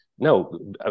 No